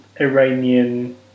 Iranian